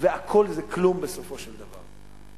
והכול זה כלום, בסופו של דבר.